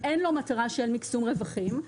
אין לו מטרה של מקסום רווחים,